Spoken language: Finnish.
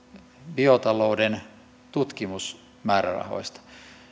biotalouden tutkimusmäärärahoista